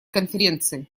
конференции